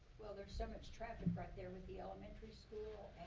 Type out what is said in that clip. well there's so much traffic right there with the elementary school